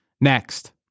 next